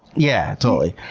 yeah, totally.